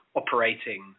operating